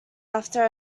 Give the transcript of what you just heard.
after